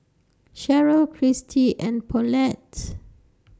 Cheryle Christy and Paulette